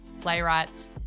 playwrights